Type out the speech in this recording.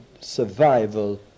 survival